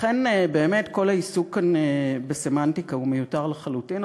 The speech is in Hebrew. לכן באמת כל העיסוק כאן בסמנטיקה הוא מיותר לחלוטין,